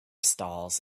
stalls